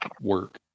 work